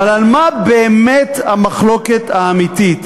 אבל על מה באמת המחלוקת האמיתית?